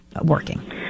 working